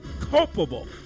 culpable